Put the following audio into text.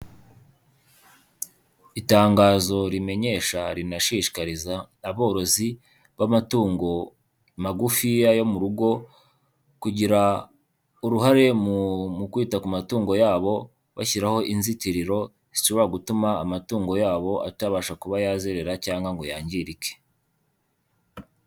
Itangazo rimenyesha rinashishikariza aborozi b'amatungo magufiya yo mu rugo, kugira uruhare mu kwita ku matungo yabo, bashyiraho inzitiriro zishobora gutuma amatungo yabo atabasha kuba yazerera cyangwa ngo yangirike.